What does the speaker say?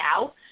now